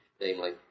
namely